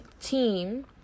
team